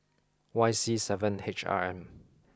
Y C seven H R M